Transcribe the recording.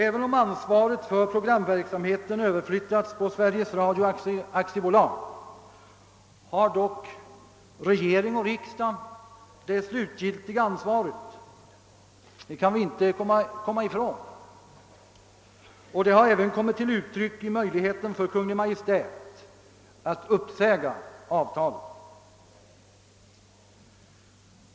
även om ansvaret för programverksamheten överflyttats på Sveriges Radio AB, har dock regering och riksdag det slutgiltiga ansvaret; det kan vi inte komma ifrån. Detta har även kommit till uttryck i möjligheten för Kungl. Maj:t att uppsäga avtalet.